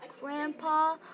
grandpa